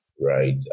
Right